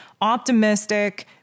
optimistic